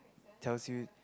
tells you